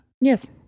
Yes